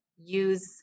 use